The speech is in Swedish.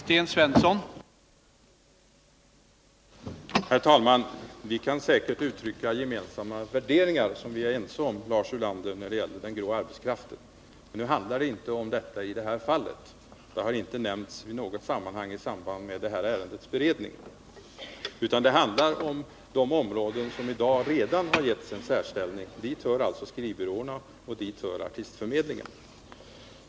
Herr talman! Lars Ulander och jag kan säkert vara överens om värderingar beträffande den grå arbetskraften, men den handlar det inte om i detta fall. Den har inte nämnts i något sammanhang under detta ärendes beredning. Här handlar det om de områden som redan i dag givits en särställning. Dit hör skrivbyråerna och dit hör artistförmedlingen.